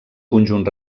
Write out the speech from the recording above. conjunt